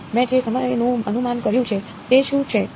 મે મુક્યુ